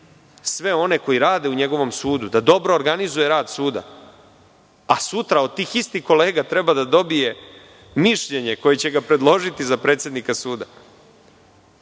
sve one koji rade u njegovom sudu, da dobro organizuje rad suda, a sutra od tih istih kolega treba da dobije mišljenje koje će ga predložiti za predsednika suda,